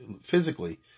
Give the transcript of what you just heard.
physically